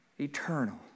eternal